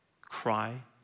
cry